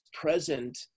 present